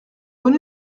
bonne